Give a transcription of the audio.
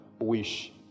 wish